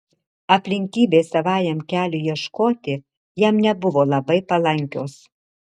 aplinkybės savajam keliui ieškoti jam nebuvo labai palankios